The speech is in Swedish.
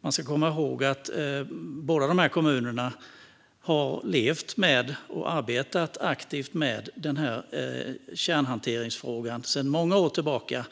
Man ska komma ihåg att båda dessa kommuner har levt och arbetat aktivt med kärnhanteringsfrågan sedan många år tillbaka.